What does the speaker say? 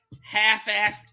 half-assed